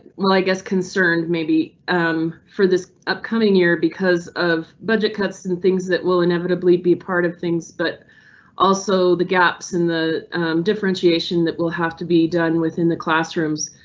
well, i guess concerned maybe um for this upcoming year because of budget cuts and things that will inevitably be part of things, but also the gaps in the differentiation that will have to be done within the classrooms.